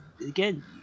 Again